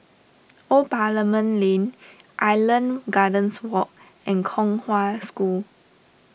Old Parliament Lane Island Gardens Walk and Kong Hwa School